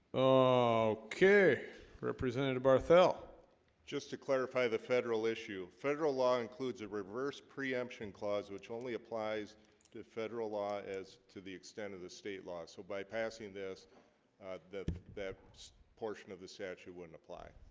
oh okay representative arthel just to clarify the federal issue federal law includes a reverse preemption clause which only applies to federal law as to the extent of the state law so by passing this that so portion of the statute wouldn't apply